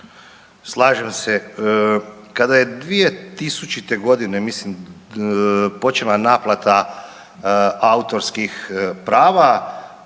Slažem se. Kada je 2000.g., mislim počela naplata autorskih prava